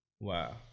wow